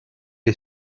est